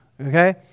Okay